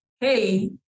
Hey